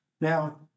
Now